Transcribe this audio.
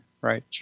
right